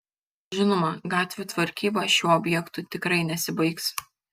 žinoma gatvių tvarkyba šiuo objektu tikrai nesibaigs